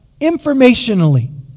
informationally